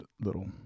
little